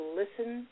listen